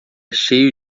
cheio